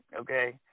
okay